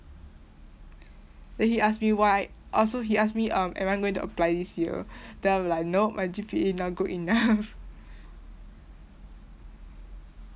then he asked me why oh so he asked me um am I going to apply this year then I'm like no my G_P_A not good enough